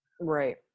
right